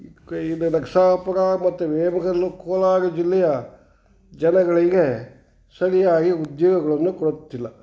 ನರಸಾಪುರ ಮತ್ತು ವೇಮಗಲ್ಲು ಕೋಲಾರ ಜಿಲ್ಲೆಯ ಜನಗಳಿಗೆ ಸರಿಯಾಗಿ ಉದ್ಯೋಗಗಳನ್ನು ಕೊಡುತ್ತಿಲ್ಲ